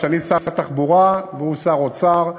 כשאני שר התחבורה והוא שר האוצר,